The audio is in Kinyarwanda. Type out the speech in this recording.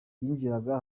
yinjiraga